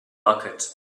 bucket